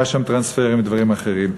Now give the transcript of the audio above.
היה שם טרנספר עם דברים אחרים,